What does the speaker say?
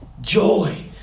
joy